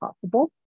possible